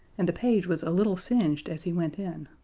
and the page was a little singed as he went in.